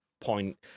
point